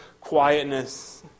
quietness